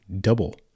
double